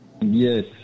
yes